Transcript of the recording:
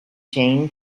jain